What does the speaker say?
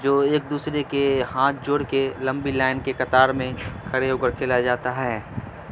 جو ایک دوسرے کے ہاتھ جوڑ کے لمبی لائن کے قطار میں کھڑے ہو کر کے کھیلا جاتا ہے